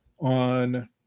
on